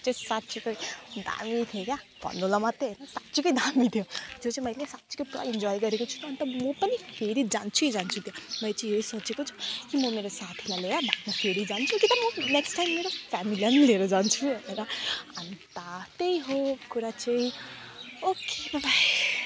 चाहिँ साँच्चीकै दामी थियो क्या भन्नुलाई मात्रै होन साँच्चीकै दामी थियो त्यो चाहिँ मैले साँच्चीकै पुरा इन्जोय गरेको छु अन्त म पनि फेरि जान्छै जान्छु त्यहाँ मैले चाहिँ यो सोचेको छु कि म मेरो साथीलाई लिएर बादमा फेरि जान्छु कि त म नेक्स्ट टाइम मेरो फेमिलीलाई पनि लिएर जान्छु भनेर अन्त त्यही हो कुरा चाहिँ ओके बाई बाई